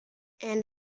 and